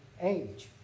age